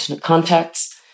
contacts